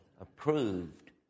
approved